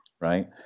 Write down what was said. right